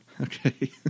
Okay